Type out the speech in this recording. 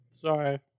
Sorry